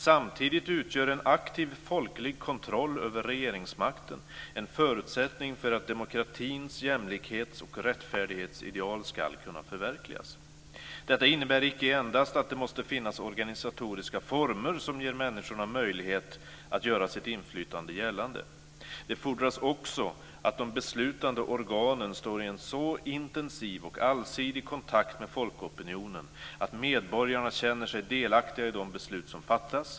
Samtidigt utgör en aktiv folklig kontroll över regeringsmakten en förutsättning för att demokratins jämlikhets och rättfärdighetsideal ska kunna förverkligas. Detta innebär icke endast att det måste finnas organisatoriska former som ger människorna möjlighet att göra sitt inflytande gällande. Det fordras också att de beslutande organen står i en så intensiv och allsidig kontakt med folkopinionen att medborgarna känner sig delaktiga i de beslut som fattas.